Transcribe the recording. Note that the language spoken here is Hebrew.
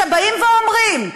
שבאים ואומרים: